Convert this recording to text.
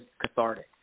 cathartic